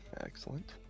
Excellent